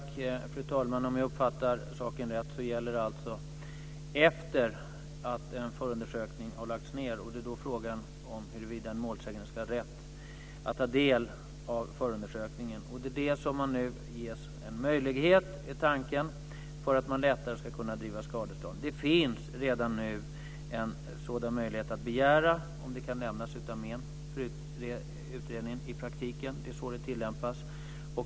Fru talman! Om jag uppfattar saken rätt gäller det alltså tiden efter det att en förundersökning har lagts ned, och det är då fråga om huruvida målsäganden ska ha rätt att ta del av förundersökningen. Det är det som man nu ges en möjlighet, det är tanken, för att man lättare ska kunna driva skadestånd. Det finns redan nu möjlighet att begära en sådan om det kan lämnas utan men för utredningen i praktiken. Det är så det tillämpas.